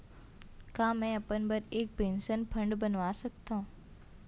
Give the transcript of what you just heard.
का मैं अपन बर एक पेंशन फण्ड बनवा सकत हो?